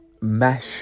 mesh